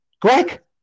greg